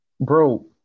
bro